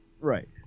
right